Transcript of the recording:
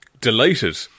Delighted